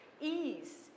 ease